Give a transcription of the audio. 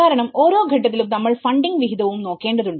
കാരണം ഓരോ ഘട്ടത്തിലും നമ്മൾ ഫണ്ടിങ് വിഹിതവും നോക്കേണ്ടതുണ്ട്